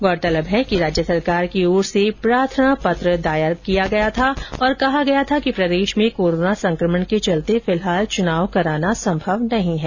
गौरतलब है कि राज्य सरकार की ओर से प्रार्थना पत्र दायर कर कहा गया कि प्रदेश में कोरोना संक्रमण के चलते फिलहाल चुनाव कराना संभव नहीं है